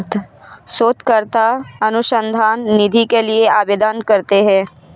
शोधकर्ता अनुसंधान निधि के लिए आवेदन करते हैं